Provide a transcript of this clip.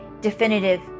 definitive